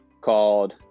called